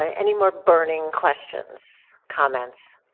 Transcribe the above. any more burning questions, comments?